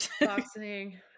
Boxing